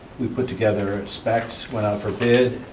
we put together specs, went out for bid,